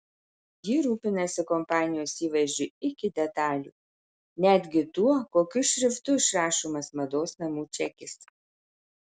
ji rūpinasi kompanijos įvaizdžiu iki detalių netgi tuo kokiu šriftu išrašomas mados namų čekis